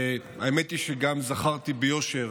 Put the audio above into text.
והאמת היא שגם זכרתי ביושר